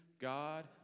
God